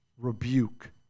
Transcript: rebuke